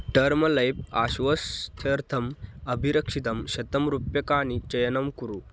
term लैप् आश्वस्त्यर्थम् अभिरक्षितं शतं रूप्यकाणि चयनं कुरु